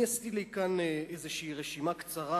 אני עשיתי לי כאן איזו רשימה קצרה,